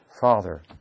father